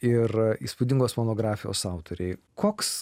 ir įspūdingos monografijos autoriai koks